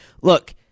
look